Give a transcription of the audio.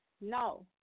No